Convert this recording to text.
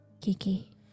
Kiki